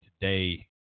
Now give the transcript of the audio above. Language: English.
today